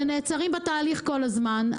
שנעצרים בתהליך כל הזמן.